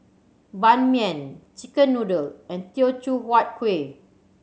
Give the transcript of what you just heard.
Ban Mian chicken noodle and Teochew Huat Kueh